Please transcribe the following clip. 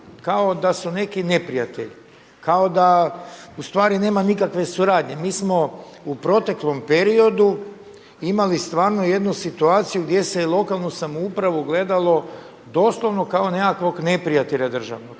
kao da su neki neprijatelji, kao da ustvari nema nikakve suradnje. Mi smo u proteklom periodu imali stvarno jednu situaciju gdje se je lokalnu samoupravu gledalo doslovno kao nekakvog neprijatelja državnog.